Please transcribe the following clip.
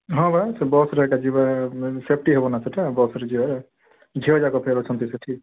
ହଁ ବା ବସ୍ରେ ଏକା ଯିବା ସେଫ୍ଟି ହବ ନା ସେଇଟା ବସ୍ରେ ଯିବା ଝିଅଯାକ ଫେରୁଛନ୍ତି ସେଠି